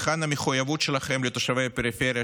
היכן המחויבות שלכם לתושבי הפריפריה,